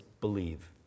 believe